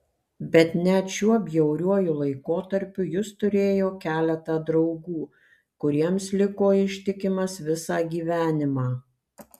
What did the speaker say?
bet net šiuo bjauriuoju laikotarpiu jis turėjo keletą draugų kuriems liko ištikimas visą gyvenimą